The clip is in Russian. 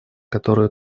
которую